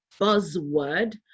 buzzword